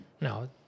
no